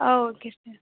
ah okay sir